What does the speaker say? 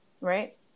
Right